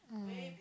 mm